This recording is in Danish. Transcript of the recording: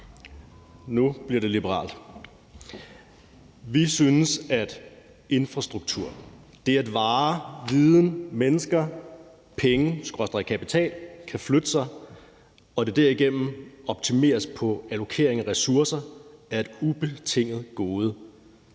Nu bliver det liberalt. Vi synes, at infrastruktur, det, at varer, viden, mennesker og penge/kapital kan flytte sig, og at der derigennem optimeres på allokering af ressourcer, er et ubetinget gode.